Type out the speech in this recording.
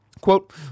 Quote